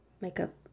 Makeup